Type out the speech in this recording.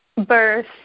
Birth